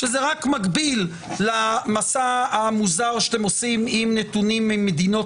שמקביל רק למסע המוזר שאתם עושים עם נתונים ממדינות